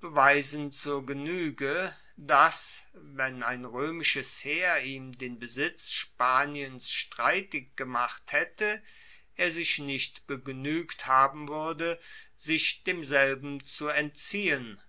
beweisen zur genuege dass wenn ein roemisches heer ihm den besitz spaniens streitig gemacht haette er sich nicht begnuegt haben wuerde sich demselben zu entziehen